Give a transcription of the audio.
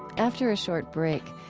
after a short break,